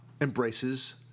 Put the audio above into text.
embraces